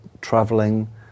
traveling